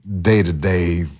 day-to-day